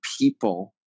people